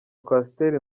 coaster